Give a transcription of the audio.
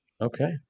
Okay